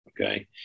Okay